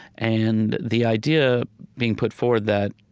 and the idea being put forward that,